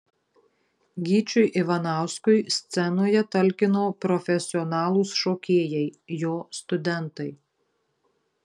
gyčiui ivanauskui scenoje talkino profesionalūs šokėjai jo studentai